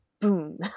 boom